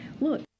Look